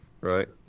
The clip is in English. Right